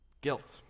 Guilt